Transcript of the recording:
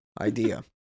idea